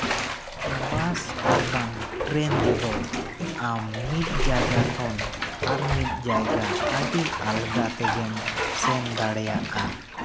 ᱵᱟᱥ ᱟᱨ ᱵᱟᱝ ᱴᱨᱮᱱ ᱛᱮᱫᱚ ᱟᱢ ᱢᱤᱫ ᱡᱟᱭᱜᱟ ᱠᱷᱚᱱ ᱟᱨ ᱢᱤᱫ ᱡᱟᱭᱜᱟ ᱟᱹᱰᱤ ᱟᱞᱜᱟ ᱛᱮᱜᱮᱢ ᱥᱮᱱ ᱫᱟᱲᱮᱭᱟᱜᱼᱟ